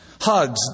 Hugs